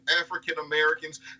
African-Americans